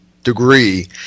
degree